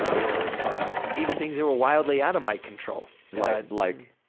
ah you know ah even things that were wildly out of my control yeah like?